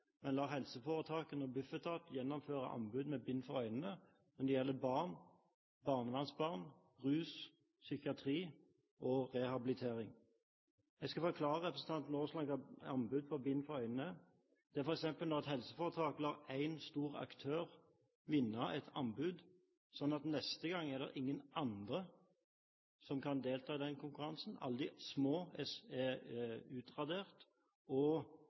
men lar helseforetakene og Bufetat gjennomføre anbud med bind for øynene når det gjelder barn, barnevernsbarn, rus, psykiatri og rehabilitering. Jeg skal forklare representanten Aasland hva anbud med bind for øynene er. Det er f.eks. når et helseforetak lar én stor aktør vinne et anbud. Neste gang er det ingen andre som kan delta i den konkurransen, alle de små er utradert.